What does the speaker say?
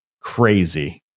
crazy